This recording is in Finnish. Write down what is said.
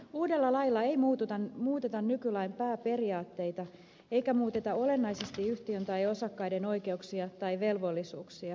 uudella lailla ei muuteta nykylain pääperiaatteita eikä muuteta olennaisesti yhtiön tai osakkaiden oikeuksia tai velvollisuuksia